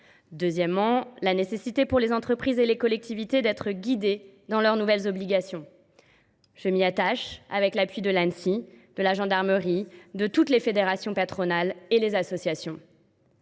enseignement est la nécessité, pour les entreprises et les collectivités, d’être guidées dans leurs nouvelles obligations. Je m’y attache, avec l’appui de l’Anssi, de la gendarmerie, de toutes les fédérations patronales et des associations.